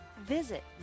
visit